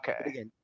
okay